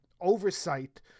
oversight